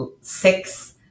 six